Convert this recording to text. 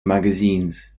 magazines